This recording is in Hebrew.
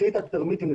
קחי את הטרמיטים ---,